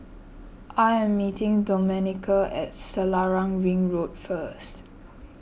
I am meeting Domenica at Selarang Ring Road first